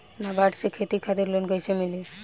नाबार्ड से खेती खातिर लोन कइसे मिली?